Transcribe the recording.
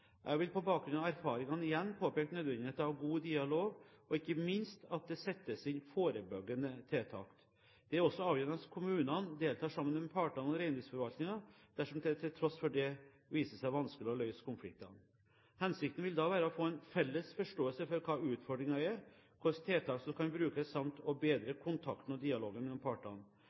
Jeg vil på bakgrunn av erfaringene igjen påpeke nødvendigheten av god dialog, og ikke minst at det settes inn forebyggende tiltak. Det er også avgjørende at kommunene deltar sammen med partene og reindriftsforvaltningen dersom det til tross for dette viser seg vanskelig å løse konfliktene. Hensikten vil være å få en felles forståelse av hva utfordringen er, hvilke tiltak som kan brukes, samt å bedre kontakten og dialogen mellom partene.